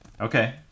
Okay